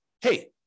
hey